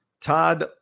Todd